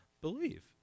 believe